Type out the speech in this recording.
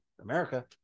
america